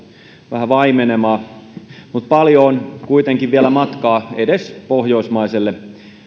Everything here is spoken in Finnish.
vähän vaimenemaan mutta paljon on kuitenkin vielä matkaa edes pohjoismaiselle